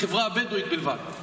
לחברה הבדואית בלבד.